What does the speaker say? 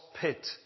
pit